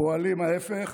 פועלים ההפך.